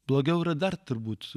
blogiau yra dar turbūt